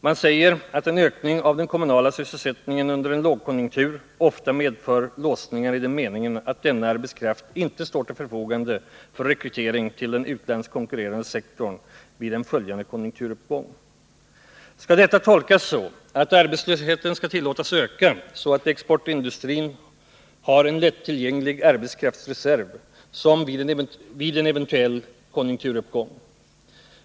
Man säger att en ökning av den kommunala sysselsättningen under en lågkonjunktur ofta medför låsningar i den meningen att denna arbetskraft inte står till förfogande för rekrytering till den utlandskonkurrerande sektorn vid en följande konjunkturuppgång. Skall detta tolkas så att arbetslösheten skall tillåtas öka, så att exportindustrin har en lätt tillgänglig arbetskraftsreserv vid en eventuell konjunkturuppgång?